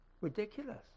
ridiculous